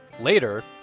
Later